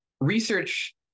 research